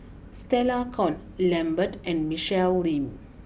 Stella Kon Lambert and Michelle Lim